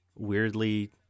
weirdly